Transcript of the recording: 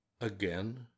Again